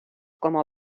como